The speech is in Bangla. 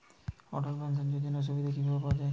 অটল পেনশন যোজনার সুবিধা কি ভাবে পাওয়া যাবে?